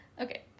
Okay